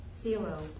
Zero